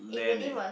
it really was